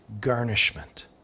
garnishment